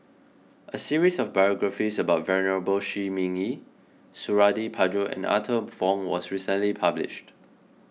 a series of biographies about Venerable Shi Ming Yi Suradi Parjo and Arthur Fong was recently published